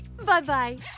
Bye-bye